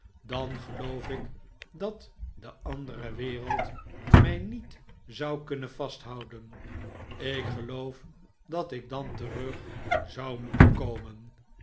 dan geloof ik dat de andere wereld mij niet zou kunnen vasthouden ik geloof dat ik dan terug zou moeten komen